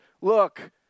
look